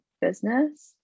business